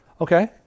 Okay